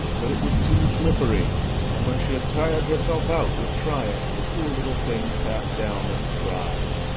but it was too slippery and when she had tired herself out with trying, the poor little thing sat down and cried.